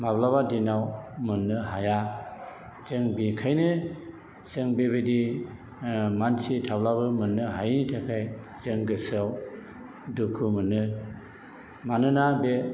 माब्लाबा दिनाव मोननो हाया जों बिनिखायनो जों बेबायदि मानसि थाब्लाबो मोननो हायैनि थाखाय जों गोसोआव दुखु मोनो मानोना बे